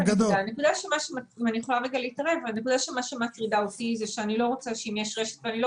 הנקודה שמטרידה אותי היא שאני לא רוצה שאם יש רשת ואני לא